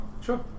Sure